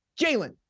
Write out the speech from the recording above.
Jalen